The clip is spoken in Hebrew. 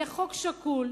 יהיה חוק שקול,